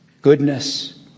goodness